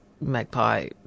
magpie